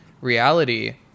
reality